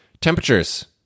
Temperatures